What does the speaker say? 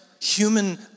human